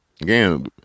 Again